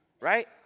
right